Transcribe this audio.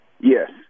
Yes